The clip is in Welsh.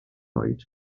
oed